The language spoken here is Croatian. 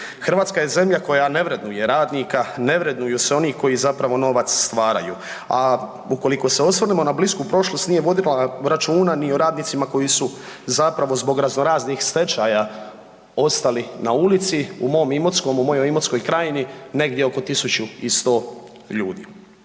Hrvatska je zemlja koja ne vrednuje radnika, ne vrednuju se oni koji zapravo novac stvaraju. A ukoliko se osvrnemo na blisku prošlost nije vodila računa ni o radnicima koji su zapravo zbog razno raznih stečaja ostali na ulici u mom Imotskom, u mojoj Imotskoj krajini negdje oko 1100 ljudi.